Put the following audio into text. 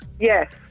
Yes